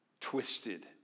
twisted